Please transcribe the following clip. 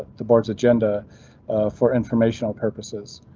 the board's agenda for informational purposes.